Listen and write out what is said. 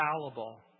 fallible